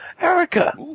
Erica